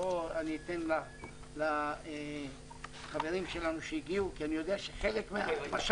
ואני אתן לחברים שלנו שהגיעו, למשל,